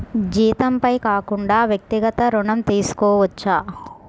జీతంపై కాకుండా వ్యక్తిగత ఋణం తీసుకోవచ్చా?